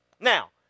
Now